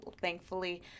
thankfully